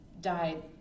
died